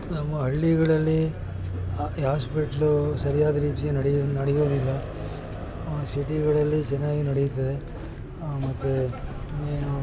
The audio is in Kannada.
ನಮ್ಮ ಹಳ್ಳಿಗಳಲ್ಲಿ ಈ ಆಸ್ಪಿಟ್ಲು ಸರ್ಯಾದ ರೀತಿ ನಡೆ ನಡೆಯೋದಿಲ್ಲ ಸಿಟಿಗಳಲ್ಲಿ ಚೆನ್ನಾಗಿ ನಡೆಯುತ್ತದೆ ಮತ್ತು ಇನ್ನೇನು